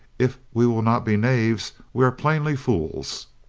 if we will not be knaves we are plainly fools.